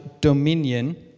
dominion